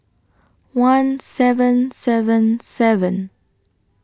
one seven seven seven